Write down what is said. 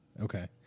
Okay